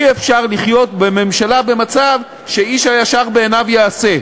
אי-אפשר לחיות בממשלה במצב של "איש הישר בעיניו יעשה",